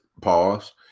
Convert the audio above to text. pause